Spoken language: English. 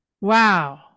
Wow